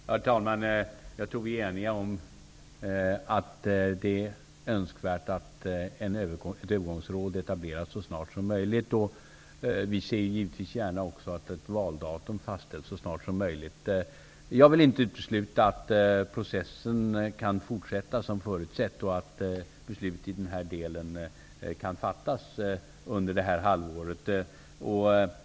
Herr talman! Jag tror att vi är eniga om att det är önskvärt att ett övergångsråd etableras så snart som möjligt. Vi ser givetvis också gärna att ett valdatum fastställs så snart som möjligt. Men jag vill inte utesluta att processen kan fortsätta som förutsett och att beslut i den här delen kan fattas under det här halvåret.